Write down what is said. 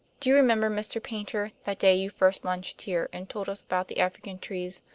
do you remember, mr. paynter, that day you first lunched here and told us about the african trees?